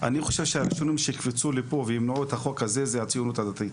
אני חושב שהראשונים שיקפצו לי פה וימנעו את החוק הזה זה הציונות הדתית.